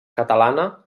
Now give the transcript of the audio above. catalana